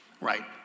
right